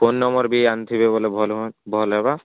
phone number ବି ଆଣିଥିବେ ବୋଲେ ଭଲ ହେବା